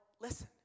listen